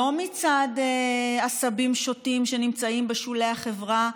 לא מצד עשבים שוטים שנמצאים בשולי החברה,